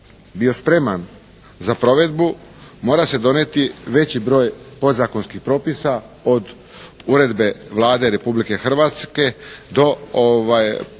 bio spreman za provedbu mora se donijeti veći broj podzakonskih propisa od uredbe Vlade Republike Hrvatske do pravilnika